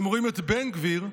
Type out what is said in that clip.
והם רואים את בן גביר,